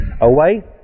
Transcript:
away